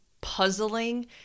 puzzling